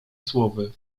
słowy